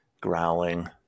growling